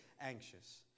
anxious